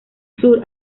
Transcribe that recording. sur